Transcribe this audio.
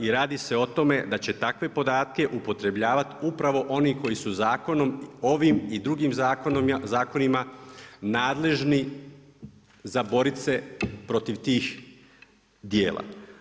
I radi se o tome da će takve podatke upotrebljavati upravo oni koji su zakonom ovim i drugim zakonima nadležni za boriti se protiv tih djela.